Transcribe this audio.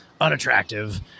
unattractive